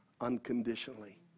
unconditionally